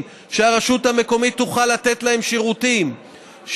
שהרשות המקומית תוכל לתת להם שירותים,